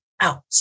out